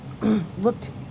looked